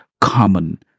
common